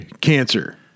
cancer